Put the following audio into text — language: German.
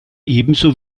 ebenso